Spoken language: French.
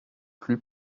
plus